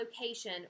location